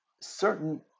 certain